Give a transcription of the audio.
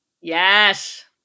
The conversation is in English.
Yes